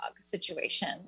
situation